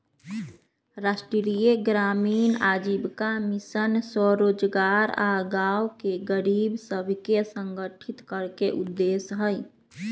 राष्ट्रीय ग्रामीण आजीविका मिशन स्वरोजगार आऽ गांव के गरीब सभके संगठित करेके उद्देश्य हइ